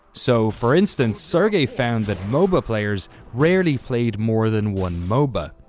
so, for instance sergey found that moba players rarely played more than one moba.